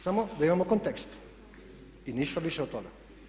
Samo da imamo kontekst i ništa više od toga.